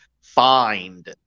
find